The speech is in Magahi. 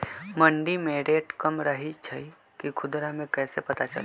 मंडी मे रेट कम रही छई कि खुदरा मे कैसे पता चली?